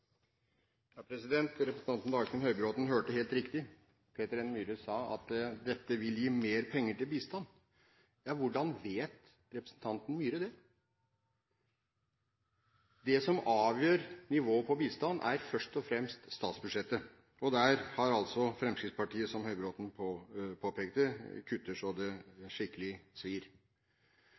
Ja, hvordan vet representanten Myhre det? Det som avgjør nivået på bistand, er først og fremst statsbudsjettet, og der kutter altså Fremskrittspartiet så det skikkelig